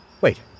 Wait